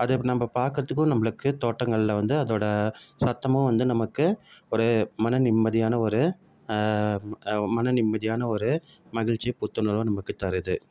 அது அப்படி நம்ம பார்க்குறத்துக்கும் நம்மளுக்கு தோட்டங்களில் வந்து அதோடய சத்தமும் வந்து நமக்கு ஒரு மன நிம்மதியான ஒரு மன நிம்மதியான ஒரு மகிழ்ச்சியும் புத்துணர்வும் நமக்கு தருது